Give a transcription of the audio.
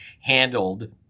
handled